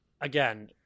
again